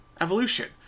evolution